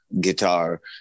guitar